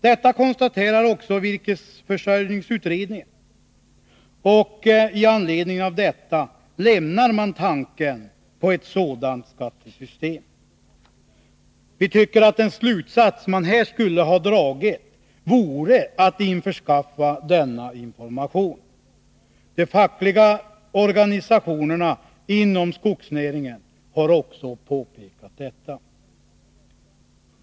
Detta konstaterar också virkesförsörjningsutredningen, och i anledning därav lämnar man tanken på ett sådant skattesystem. Vi tycker att man borde ha dragit slutsatsen att skaffa denna information. De fackliga organisationerna inom skogsnäringen har också påpekat detta.